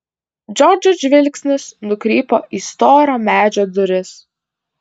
džordžo žvilgsnis nukrypo į storo medžio duris